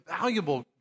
valuable